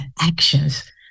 actions